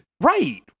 Right